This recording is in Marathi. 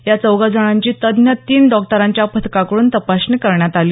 या चौघा जणांची तज्ज्ञ तीन डॉक्टरांच्या पथकाकडून तपासणी करण्यात आली